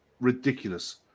ridiculous